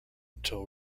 until